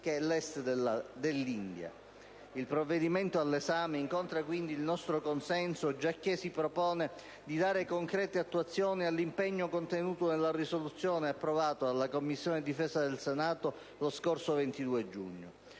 e a est l'India. Il provvedimento all'esame incontra quindi il nostro consenso, giacché si propone di dare concreta attuazione all'impegno contenuto nella risoluzione approvata dalla Commissione difesa del Senato lo scorso 22 giugno.